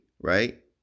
right